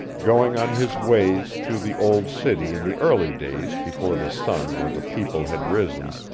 going on his ways through the old city in the early days before the sun or the people had risen,